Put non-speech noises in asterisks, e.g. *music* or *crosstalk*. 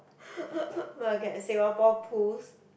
*laughs* oh okay Singapore Pools